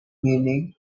meaning